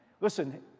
Listen